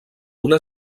una